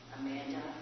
Amanda